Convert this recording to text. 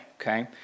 okay